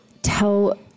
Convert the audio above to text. tell